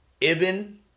Ibn